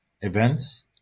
events